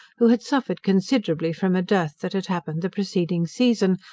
who had suffered considerably from a dearth that had happened the preceding season,